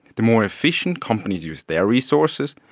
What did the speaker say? the more efficient companies use their resources,